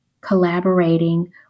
collaborating